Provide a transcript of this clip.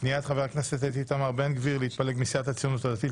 פניית חבר הכנסת איתמר בן גביר להתפלג מסיעת הציונות הדתית,